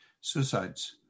suicides